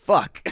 Fuck